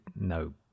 no